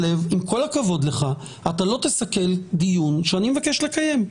הכבוד לך, אתה לא תסכל דיון שאני מבקש לקיים.